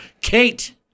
Kate